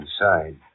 inside